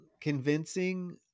convincing